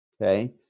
okay